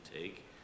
take